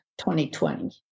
2020